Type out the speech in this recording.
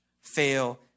fail